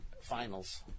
finals